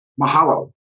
Mahalo